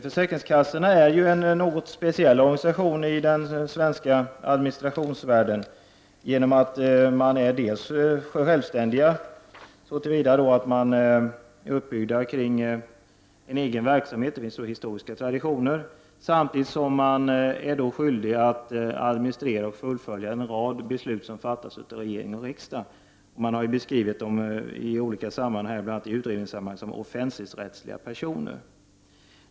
Försäkringskassorna är en något speciell organisation i den svenska administrativa världen genom att de dels är självständiga så till vida att de är uppbyggda kring en egen verksamhet med vissa historiska traditioner, dels är skyldiga att administrera och fullfölja en rad beslut som fattas av regering och riksdag. De har beskrivits i olika sammanhang, bl.a. i olika utredningar, som offentligrättsliga personer.